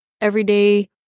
everyday